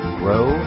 grow